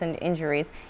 injuries